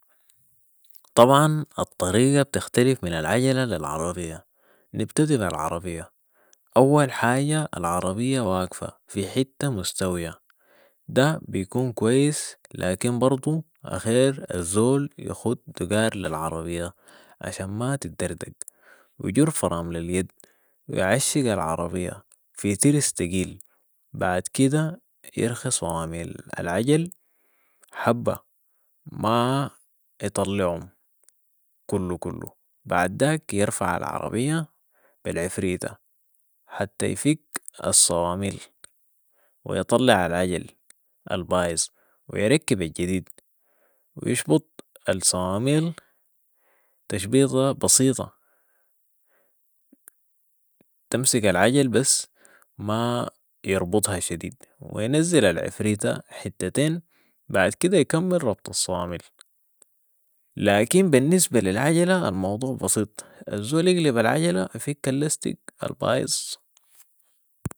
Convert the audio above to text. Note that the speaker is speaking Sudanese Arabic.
طبعا الطريقه بتختلف من العجله لي العربيه ، نبتدي بالعربيه اول حاجه العربيه واقفه في حته مستويه ده بيكون كويس لكن برضو اخير الزول يخت دقار للعربيه ،عشان ما تتدردق و ويجر فرامل اليد ويعشق العربيه في ترس تقيل وبعد كده يرخي صواميل العجل حبه ما يطلعهم كلو كلو بعداك يرفع العربيه بالعفريته حتي يفك الصواميل ويطلع العجل البايظ ويركب الجديد و يشبط الصواميل تشبيطه بسيطه تمسك العجل بس ما يربطها شديد وينزل العفريته حتتين بعد كده يكمل رباط الصواميل لكن بالنسبه للعجله الموضوع بسيط الزول بيقلب العجله وبيفك اللستك البايظ